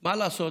מה לעשות,